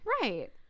Right